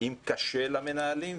אם קשה למנהלים,